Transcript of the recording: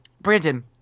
Brandon